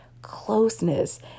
closeness